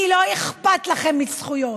כי לא אכפת לכם מזכויות,